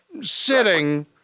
sitting